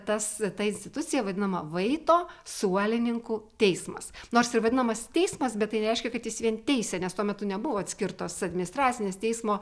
tas ta institucija vadinama vaito suolininkų teismas nors ir vadinamas teismas bet tai nereiškia kad jis vien teisia nes tuo metu nebuvo atskirtos administracinės teismo